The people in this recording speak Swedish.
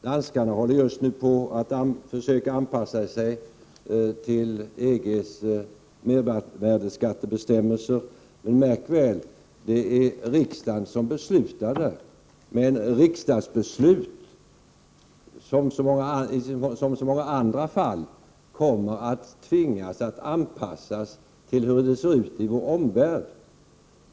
Danskarna håller just nu på att försöka anpassa sig till EG:s mervärdeskattebestämmelser, men märk väl att det är riksdagen som här i Sverige som beslutar på en sådan punkt. Men man kommer, liksom i så många andra fall, att tvingas anpassa riksdagsbesluten till hur det ser ut i omvärlden.